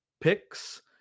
picks